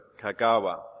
Kagawa